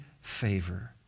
favor